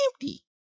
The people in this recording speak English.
empty